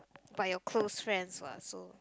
by your close friends what so